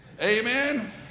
Amen